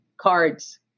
cards